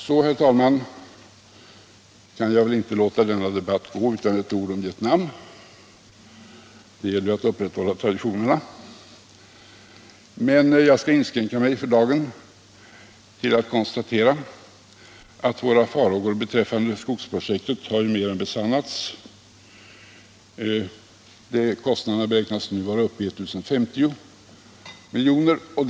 Så, herr talman, kan jag väl inte låta denna debatt passera utan att säga några ord om Vietnam. Det gäller ju att upprätthålla traditionerna, men jag skall för dagen inskränka mig till att konstatera att våra farhågor beträffande skogsprojektet har mer än besannats. Kostnaderna beräknas nu vara uppe i I 050 milj.kr.